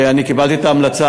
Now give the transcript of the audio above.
קיבלתי את ההמלצה.